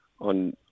on